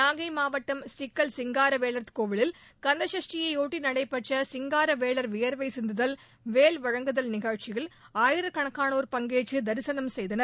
நாகை மாவட்டம் சிக்கல் சிங்காரவேல் கோவிலில் கந்த சஷ்டியையொட்டி நடைபெற்ற சிங்காரவேலர் வியர்வை சிந்துதல் வேல் வாங்குதல் நிகழ்ச்சியில் ஆயிரக்கணக்கானோர் பங்கேற்று தரிசனம் செய்தனர்